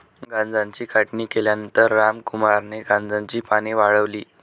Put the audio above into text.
गांजाची काढणी केल्यानंतर रामकुमारने गांजाची पाने वाळवली